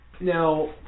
Now